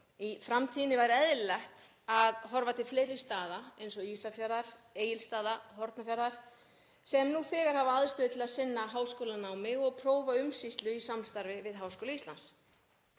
Í framtíðinni væri eðlilegt að horfa til fleiri staða, eins og Ísafjarðar, Egilsstaða, Hornafjarðar, sem nú þegar hafa aðstöðu til að sinna háskólanámi og prófaumsýslu í samstarfi við Háskóla Íslands.